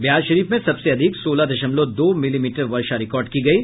बिहारशरीफ में सबसे अधिक सोलह दशमलव दो मिलीमीटर वर्षा रिकार्ड की गयी